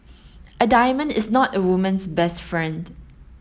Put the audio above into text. a diamond is not a woman's best friend